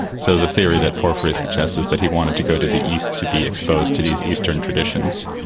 so the theory that porphyry suggests is that he wanted to go to the east to be exposed to these eastern traditions,